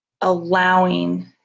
allowing